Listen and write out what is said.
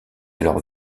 alors